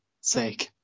sake